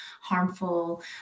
harmful